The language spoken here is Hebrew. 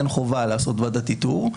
אין חובה לעשות ועדת איתור.